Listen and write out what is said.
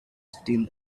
still